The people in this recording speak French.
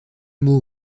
mots